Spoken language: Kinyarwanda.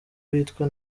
witwa